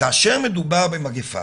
כאשר מדובר במגיפה